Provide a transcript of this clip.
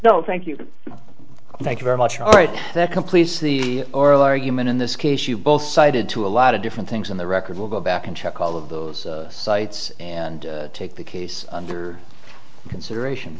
no thank you thank you very much all right that completes the oral argument in this case you both cited to a lot of different things in the record we'll go back and check all of those sites and take the case under consideration